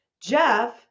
Jeff